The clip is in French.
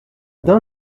dun